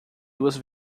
duas